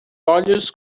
olhos